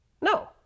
No